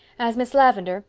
as miss lavendar.